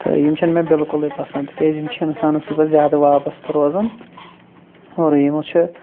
تہٕ یِم چھِنہٕ مےٚ بِلکُلٕے پسنٛد تِکیٛازِ یِم چھِ اِنسانَس سۭتۍ پَتہٕ زیادٕ وابستہٕ روزان اور یِمو چھِ